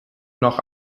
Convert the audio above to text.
noch